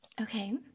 Okay